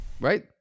Right